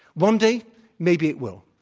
one day maybe it will.